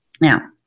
Now